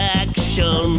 action